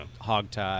Hogtie